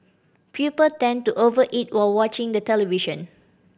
people tend to over eat while watching the television